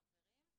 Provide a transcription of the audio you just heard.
חברים,